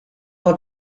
what